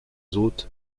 hôtes